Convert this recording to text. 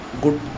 good